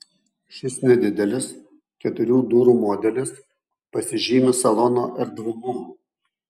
šis nedidelis keturių durų modelis pasižymi salono erdvumu